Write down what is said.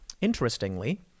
Interestingly